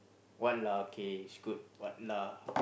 what lah okay it's good what lah